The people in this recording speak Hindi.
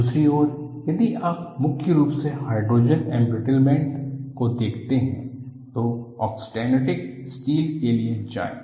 दूसरी ओर यदि आप मुख्य रूप से हाइड्रोजन एंब्रिटलमेंट के देखते है तो ऑस्टेनिटिक स्टील्स के लिए जाएं